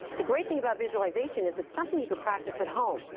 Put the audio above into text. the great thing about visualization is it's something you can practice at home.